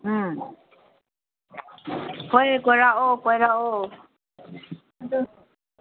ꯎꯝ ꯍꯣꯏ ꯀꯣꯏꯔꯛꯑꯣ ꯀꯣꯏꯔꯛꯑꯣ